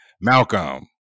Malcolm